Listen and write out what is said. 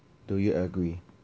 do you agree